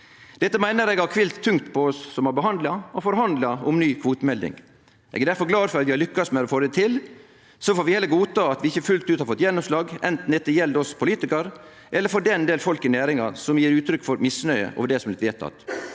Dette meiner eg har kvilt tungt på oss som har behandla – og forhandla om – ny kvotemelding. Eg er difor glad for at vi har lykkast med å få det til. Så får vi heller godta at vi ikkje fullt ut har fått gjennomslag, anten det gjeld oss politikarar eller for den del folk i næringa som gjev uttrykk for misnøye over det som blir vedteke.